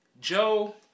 Joe